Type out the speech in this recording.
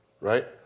right